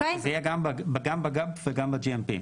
זה יהיה ג- ב-GAP וגם ב-GMP.